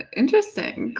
interesting.